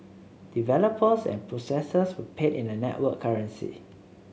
developers and processors were paid in the network currency